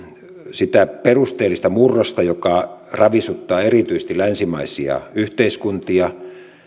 sitä perusteellista murrosta joka ravisuttaa erityisesti länsimaisia yhteiskuntia